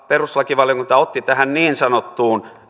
perustuslakivaliokunta otti tähän niin sanottuun